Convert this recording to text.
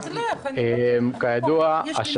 לכן אני קודם כול רוצה לברך אותך,